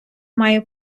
має